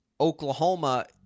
Oklahoma